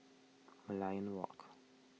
Merlion Walk